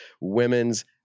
women's